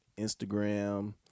Instagram